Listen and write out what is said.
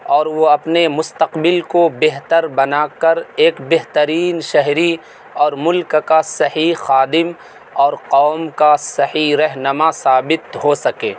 اور وہ اپنے مستقبل کو بہتر بنا کر ایک بہترین شہری اور ملک کا صحیح خادم اور قوم کا صحیح رہنُما ثابت ہو سکے